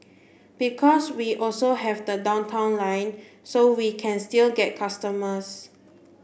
because we also have the Downtown Line so we can still get customers